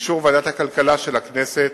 באישור ועדת הכלכלה של הכנסת,